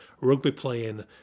rugby-playing